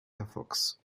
firefox